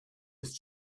ist